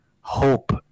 hope